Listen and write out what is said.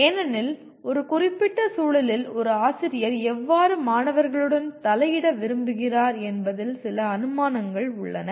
ஏனெனில் ஒரு குறிப்பிட்ட சூழலில் ஒரு ஆசிரியர் எவ்வாறு மாணவர்களுடன் தலையிட விரும்புகிறார் என்பதில் சில அனுமானங்கள் உள்ளன